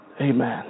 Amen